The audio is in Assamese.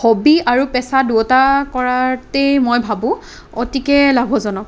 হবি আৰু পেছা দুয়োটা কৰাতেই মই ভাবোঁ অতিকে লাভজনক